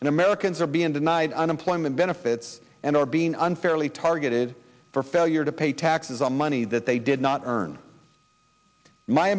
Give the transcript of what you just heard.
and americans are being denied unemployment benefits and are being unfairly targeted for failure to pay taxes on money that they did not earn my